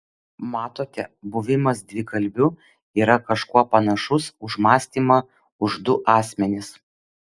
matote buvimas dvikalbiu yra kažkuo panašus už mąstymą už du asmenis